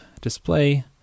display